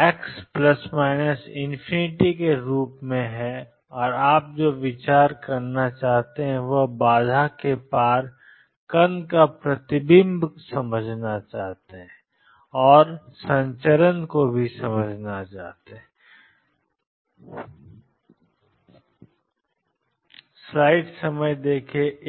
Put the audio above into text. तो ψ≠0 x→±∞ के रूप में और आप जो विचार करना चाहते हैं वह बाधा के पार कण ों का प्रतिबिंब और संचरण है मुझे समझाएं कि एक समस्या में पहले